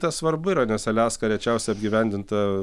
tas svarbu yra nes aliaska rečiausiai apgyvendinta